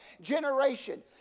generation